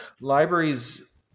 libraries